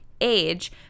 age